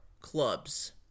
clubs